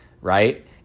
Right